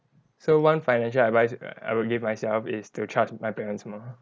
so one financial advice I will give myself is to trust my parents more